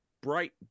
bright